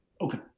okay